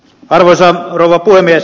arvoisa rouva puhemies